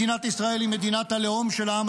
מדינת ישראל היא מדינת הלאום של העם